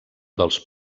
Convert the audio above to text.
dels